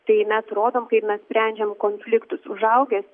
tai mes rodom kaip mes sprendžiam konfliktus užaugęs